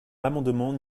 l’amendement